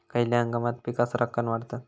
खयल्या हंगामात पीका सरक्कान वाढतत?